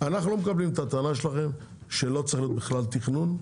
אנחנו לא מקבלים את הטענה שלכם שלא צריך להיות בכלל תכנון.